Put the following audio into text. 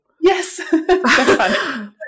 Yes